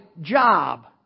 job